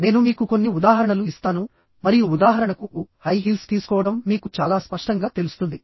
నేను మీకు కొన్ని ఉదాహరణలు ఇస్తాను మరియు ఉదాహరణకుహై హీల్స్ తీసుకోవడం మీకు చాలా స్పష్టంగా తెలుస్తుంది